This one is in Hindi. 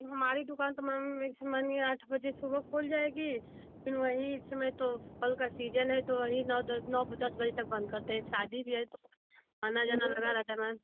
हमारी दुक़ान तो मैम इस मानिए यह आठ बजे सुबह खुल जाएगी लेकिन वही समय तो फल का सीज़न है तो वही नौ दस नौ दस बजे तक बन्द करते शादी बियाह है तो आना जाना तो लगा रहता है मैम